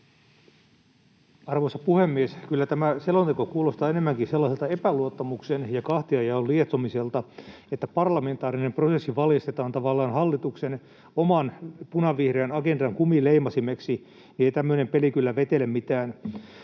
Arvoisa puhemies! Kyllä tämä selonteko kuulostaa enemmänkin sellaiselta epäluottamuksen ja kahtiajaon lietsomiselta, siltä, että parlamentaarinen prosessi valjastetaan tavallaan hallituksen oman punavihreän agendan kumileimasimeksi. Ei tämmöinen peli kyllä vetele yhtään.